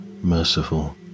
merciful